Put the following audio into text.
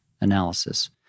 analysis